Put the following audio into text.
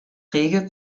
rege